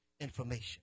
information